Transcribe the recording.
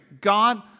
God